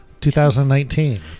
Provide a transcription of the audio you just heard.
2019